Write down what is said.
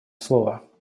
слово